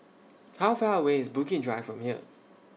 How Far away IS Bukit Drive from here